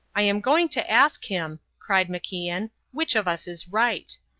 i am going to ask him, cried macian, which of us is right.